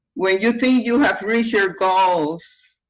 when you think you have reached your goals,